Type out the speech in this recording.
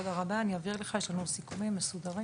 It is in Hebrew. תודה רבה, אני אעביר לך, יש לנו סיכומים מסודרים.